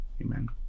amen